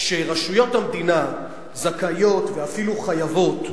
שרשויות המדינה זכאיות, ואפילו חייבות,